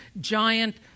giant